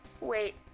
Wait